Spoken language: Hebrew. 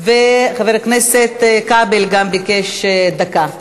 חבר הכנסת כבל גם ביקש דקה,